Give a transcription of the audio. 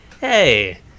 hey